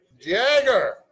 Jagger